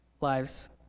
lives